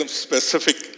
specific